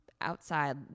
outside